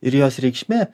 ir jos reikšmė